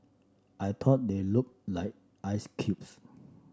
I thought they looked like ice cubes